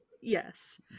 Yes